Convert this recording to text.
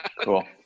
Cool